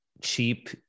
cheap